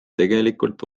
tegelikult